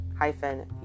hyphen